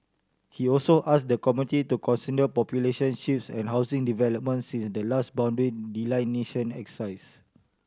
he also asked the committee to consider population shifts and housing developments since the last boundary delineation exercise